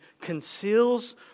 conceals